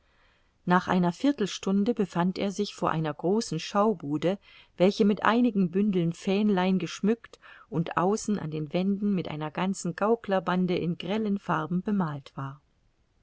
nach einer viertelstunde befand er sich vor einer großen schaubude welche mit einigen bündeln fähnlein geschmückt und außen an den wänden mit einer ganzen gaukler bande in grellen farben bemalt war